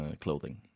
clothing